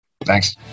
Thanks